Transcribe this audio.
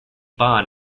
ban